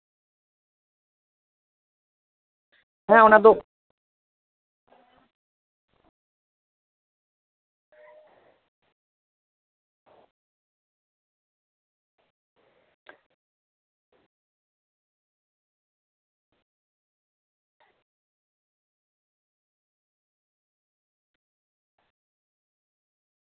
ᱦᱮᱸ ᱚᱱᱟᱫᱚ